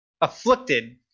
Afflicted